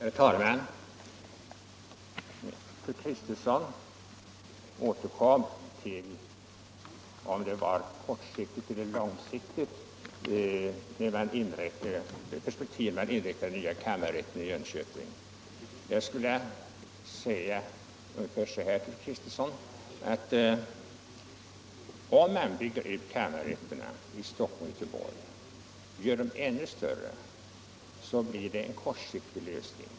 Herr talman! Fru Kristensson återkom till frågan om det är kortsiktigt eller långsiktigt handlande att placera den nya kammarrätten i Jönköping. Jag anser att om kammarrätterna i Stockholm och Göteborg byggs ut och görs ännu större är det en kortsiktig lösning.